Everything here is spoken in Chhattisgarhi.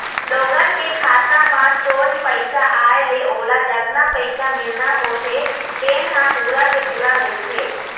लोगन के खाता म सोझ पइसा आए ले ओला जतना पइसा मिलना होथे तेन ह पूरा के पूरा मिलथे